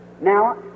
Now